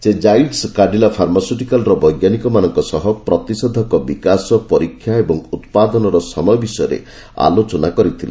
ସେ Zydus Cadila ଫାର୍ମାସ୍ୟୁଟିକାଲ୍ର ବୈଜ୍ଞାନିକମାନଙ୍କ ସହ ପ୍ରତିଷେଧକ ବିକାଶ ପରୀକ୍ଷା ଓ ଉତ୍ପାଦନର ସମୟ ବିଷୟରେ ଆଲୋଚନା କରିଥିଲେ